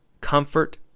comfort